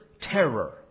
terror